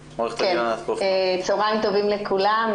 צהריים טובים לכולם.